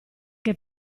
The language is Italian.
che